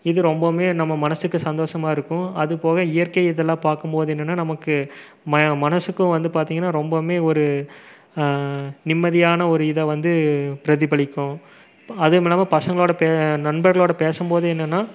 இது ரொம்பவுமே நம்ம மனதுக்கு சந்தோஷமா இருக்கும் அது போக இயற்கை இது எல்லாம் பார்க்கும்போது என்னென்னால் நமக்கு ம மனதுக்கும் வந்து பார்த்திங்கன்னா ரொம்பவுமே ஒரு நிம்மதியான இதை வந்து பிரதிபலிக்கும் அதுவும் இல்லாமல் பசங்களோடு பே நண்பர்களோடு பேசும்போது என்னென்னால்